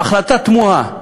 החלטה תמוהה.